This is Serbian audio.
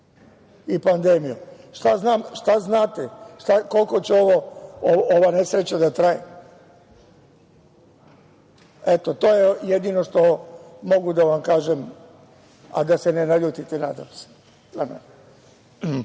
i pandemijom. Šta znate koliko će ova nesreća da traje? Eto, to je jedino što mogu da vam kažem, a da se ne naljutite, nadam se. Ono